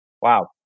Wow